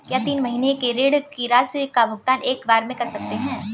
क्या तीन महीने के ऋण की राशि का भुगतान एक बार में कर सकते हैं?